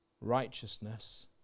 Righteousness